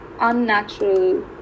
unnatural